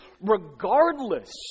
regardless